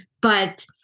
But-